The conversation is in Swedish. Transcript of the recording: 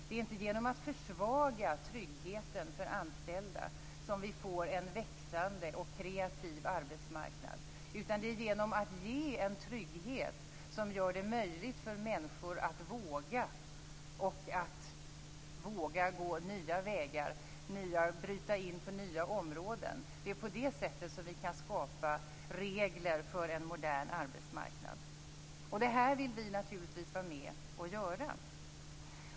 Det är inte genom att försvaga tryggheten för anställda som vi får en växande och kreativ arbetsmarknad, utan det är genom att ge en trygghet som gör det möjligt för människor att våga och att våga gå nya vägar och bryta in på nya områden. Det är på det sättet som vi kan skapa regler för en modern arbetsmarknad. Det här vill vi naturligtvis vara med och göra.